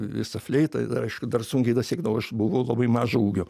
visa fleitą aišku dar sunkiai dasiekdavau aš buvau labai mažo ūgio